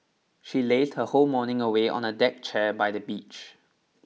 she lazed her whole morning away on a deck chair by the beach